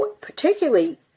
particularly